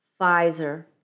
Pfizer